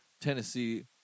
Tennessee